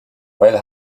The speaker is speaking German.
weil